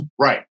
Right